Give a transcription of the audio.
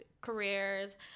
careers